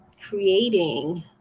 creating